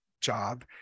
job